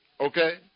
Okay